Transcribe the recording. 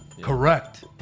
Correct